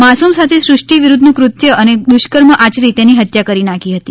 માસુમ સાથે સૃષ્ટિ વિરુધ્ધનું કૃત્ય અને દુષ્કર્મ આચરી તેની હત્યા કરી નાંખી હતી